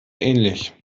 ähnlich